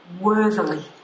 worthily